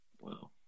Wow